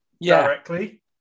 directly